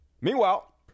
Meanwhile